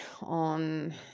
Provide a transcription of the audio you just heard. on